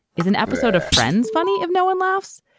is an episode of friends funny if no one laughs?